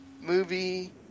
movie